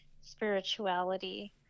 spirituality